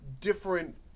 different